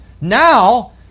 now